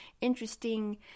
interesting